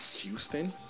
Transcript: Houston